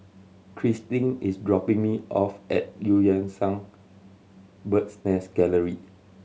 Christin is dropping me off at Eu Yan Sang Bird's Nest Gallery